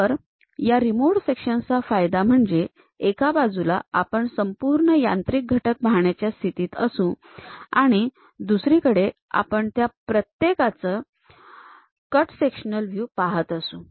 तर या removed sections चा फायदा म्हणजे एका बाजूला आपण संपूर्ण यांत्रिक घटक पाहण्याच्या स्थितीत असू आणि दुसरीकडे आपण त्या प्रत्येकाचं चे कट सेक्शनल व्ह्यू पाहत असू